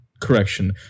Correction